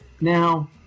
Now